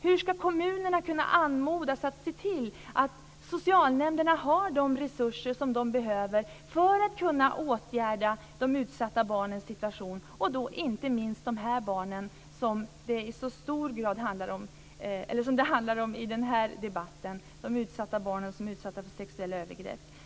Hur ska kommunerna kunna anmodas att se till att socialnämnderna har de resurser som de behöver för att kunna åtgärda de utsatta barnens situation, inte minst de barn som det i så hög grad handlar om i den här debatten, de barn som är utsatta för sexuella övergrepp?